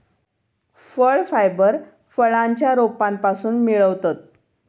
फळ फायबर फळांच्या रोपांपासून मिळवतत